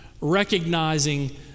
recognizing